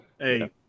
Hey